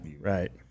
right